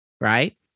Right